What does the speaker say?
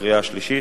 ובקריאה השלישית.